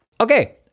Okay